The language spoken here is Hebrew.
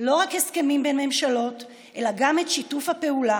לא רק הסכמים בין ממשלות אלא גם את שיתוף הפעולה,